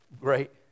great